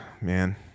man